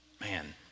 man